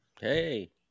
Hey